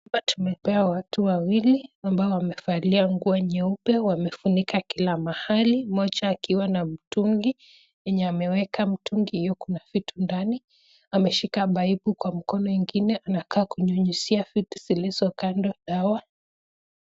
Hapa tumepewa watu wawili ambao wamefalia nguo nyeupe wamefunika kila mahali mmoja akiwa na mtungi yenye ameweka mtungi hiyo kuna vitu ndani, ameshika paipu kwa mkono ngine anakaa kunyunyizia vitu zilizo kando hawa.